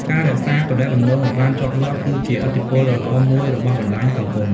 ការរក្សាទំនាក់ទំនងឲ្យបានជាប់លាប់គឺជាឥទ្ធិពលដ៏ល្អមួយរបស់បណ្ដាញសង្គម។